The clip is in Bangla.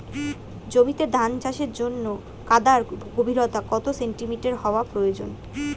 জমিতে ধান চাষের জন্য কাদার গভীরতা কত সেন্টিমিটার হওয়া প্রয়োজন?